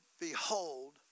behold